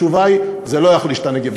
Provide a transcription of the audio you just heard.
התשובה היא: זה לא יחליש את הנגב,